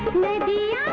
maybe